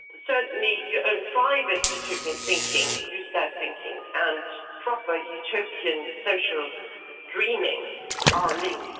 certainly your own private utopian thinking, blue-sky thinking, and proper utopian social dreaming are linked.